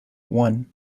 one